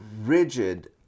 rigid